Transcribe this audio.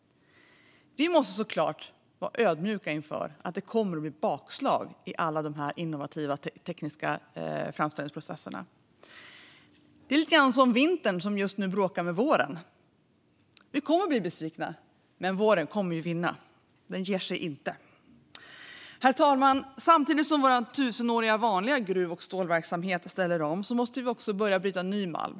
Vi måste såklart vara ödmjuka inför att det kommer att bli bakslag i alla dessa innovativa tekniska framställningsprocesser. Det är lite grann som med vintern, som just nu bråkar med våren. Vi kommer att bli besvikna, men våren kommer att vinna - den ger sig inte! Herr talman! Samtidigt som vår tusenåriga vanliga gruv och stålverksamhet ställer om måste vi börja bryta ny malm.